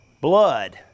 Blood